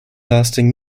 lasting